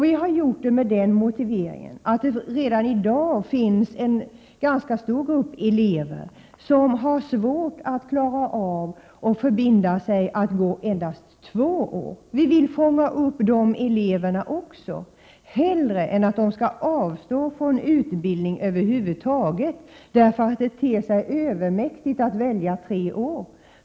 Vi har gjort det med den motiveringen att det redan i dag finns en ganska stor grupp elever som har svårt att förbinda sig att gå tre år. Vi vill fånga upp de eleverna också, hellre än att-de skall avstå från utbildning över huvud taget, därför att det för dem ter sig övermäktigt att välja en treårig utbildning.